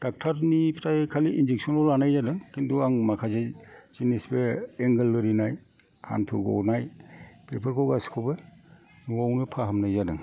डाक्टारनिफ्राय खालि इनजेकसनल' लानाय जादों खिन्थु आं माखासे जिनिस बे ऐंकल लोरिनाय हान्थु गनाय बेफोरखौ गासिबखौबो न'आवनो फाहामनाय जादों